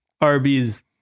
Arby's